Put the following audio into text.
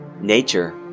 Nature